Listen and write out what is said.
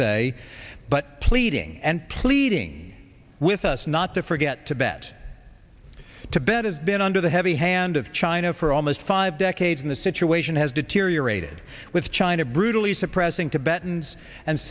say but pleading and pleading with us not to forget tibet tibet has been under the heavy hand of china for almost five decades in the situation has deteriorated with china brutally suppressing tibetans and